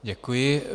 Děkuji.